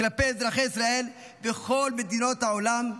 כלפי אזרחי ישראל וכל מדינות העולם,